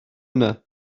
yna